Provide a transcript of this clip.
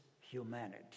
humanity